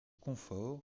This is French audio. confort